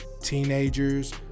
teenagers